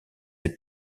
est